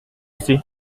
sais